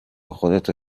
خودتو